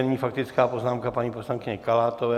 Nyní faktická poznámka paní poslankyně Kalátové.